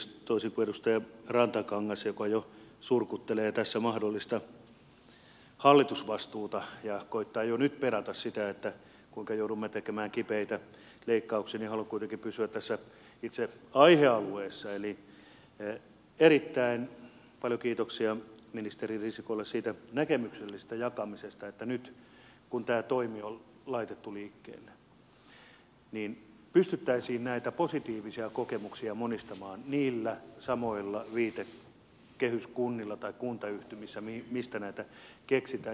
toisin kuin edustaja rantakangas joka jo surkuttelee tässä mahdollista hallitusvastuuta ja koettaa jo nyt perata sitä kuinka joudumme tekemään kipeitä leikkauksia haluan kuitenkin pysyä tässä itse aihealueessa eli erittäin paljon kiitoksia ministeri risikolle siitä näkemyksellisestä jakamisesta että nyt kun tämä toimi on laitettu liikkeelle niin pystyttäisiin näitä positiivisia kokemuksia monistamaan niissä samoissa viitekehyskunnissa tai kuntayhtymissä mistä näitä keksitään